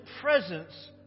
presence